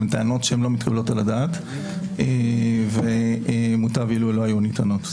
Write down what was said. טענות שלא מתקבלות על הדעת ומוטב אילו לא היו נטענות.